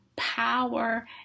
power